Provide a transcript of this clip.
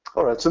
alright, so